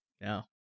No